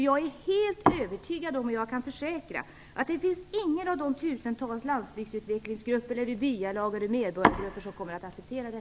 Jag är helt övertygad om - det kan jag försäkra - att ingen av de tusentals landbygdsutvecklingsgrupperna eller byalagen kommer att acceptera det.